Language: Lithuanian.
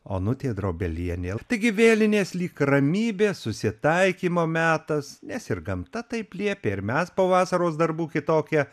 onutė drobelienė taigi vėlinės lyg ramybės susitaikymo metas nes ir gamta taip liepė ir mes po vasaros darbų kitokie